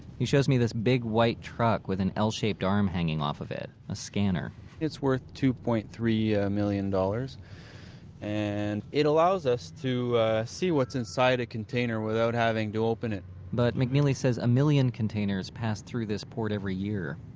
he shows me this big white truck with an l-shaped arm hanging off of it, a scanner it's worth two point three ah million dollars and it allows us to see what's inside a container without having to open it but mcneely says a million containers pass through this port every year.